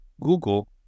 Google